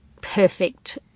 perfect